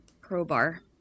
crowbar